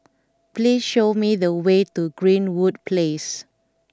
please show me the way to Greenwood Place